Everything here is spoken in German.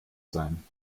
sein